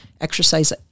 exercise